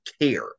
care